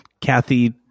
kathy